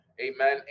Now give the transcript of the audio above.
Amen